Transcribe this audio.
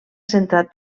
centrat